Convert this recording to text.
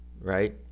right